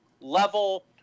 level